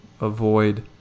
avoid